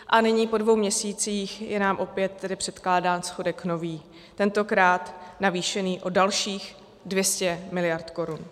A nyní, po dvou měsících, je nám opět tedy předkládán schodek nový, tentokrát navýšený o dalších 200 miliard korun.